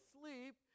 sleep